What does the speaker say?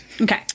Okay